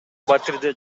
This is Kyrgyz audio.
батирде